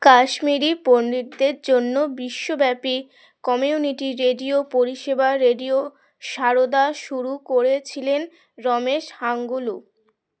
কাশ্মীরি পণ্ডিতদের জন্য বিশ্বব্যাপী কমিউনিটি রেডিও পরিষেবা রেডিও সারদা শুরু করেছিলেন রমেশ হাঙ্গুলু